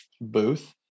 booth